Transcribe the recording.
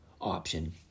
option